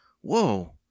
Whoa